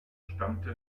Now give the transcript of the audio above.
stammte